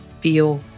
feel